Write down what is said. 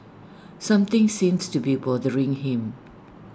something seems to be bothering him